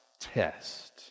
test